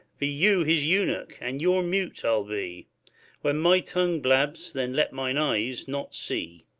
be you his eunuch, and your mute i'll be when my tongue blabs, then let mine eyes not see.